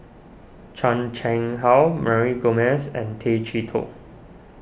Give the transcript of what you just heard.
Chan Chang How Mary Gomes and Tay Chee Toh